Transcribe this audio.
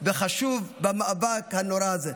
וחשוב במאבק הנורא הזה.